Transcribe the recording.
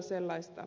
sellaista